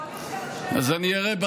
חברי הכנסת.